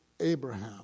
Abraham